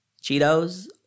Cheetos